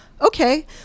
okay